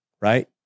Right